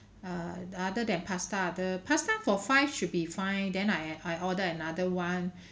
err other than pasta the pasta for five should be fine then I I order another one